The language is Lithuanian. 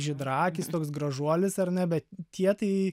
žydraakis toks gražuolis ar ne bet tie tai